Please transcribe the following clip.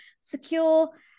secure